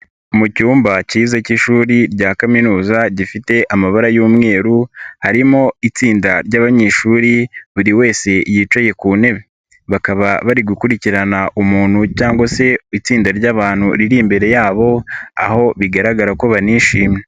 Mu cyumba cyiza cy'ishuri rya kaminuza gifite amabara y'umweru, harimo itsinda ry'abanyeshuri, buri wese yicaye ku ntebe, bakaba bari gukurikirana umuntu cyangwa se itsinda ry'abantu riri imbere yabo, aho bigaragara ko banishimye.